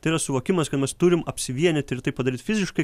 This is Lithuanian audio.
tai yra suvokimas kad mes turim apsivienyt ir tai padaryt fiziškai